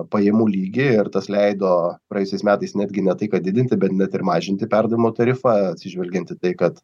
pajamų lygį ir tas leido praėjusiais metais netgi ne tai kad didinti bet net ir mažinti perdavimo tarifą atsižvelgiant į tai kad